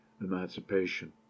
emancipation